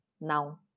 now